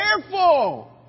careful